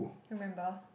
remember